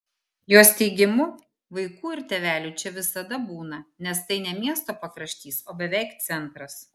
jos teigimu vaikų ir tėvelių čia visada būna nes tai ne miesto pakraštys o beveik centras